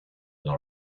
dans